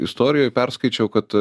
istorijoj perskaičiau kad a